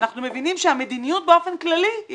אנחנו מבינים שהמדיניות באופן כללי היא